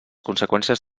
conseqüències